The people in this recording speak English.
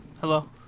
Hello